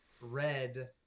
red